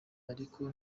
ariko